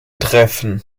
treffen